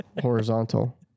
horizontal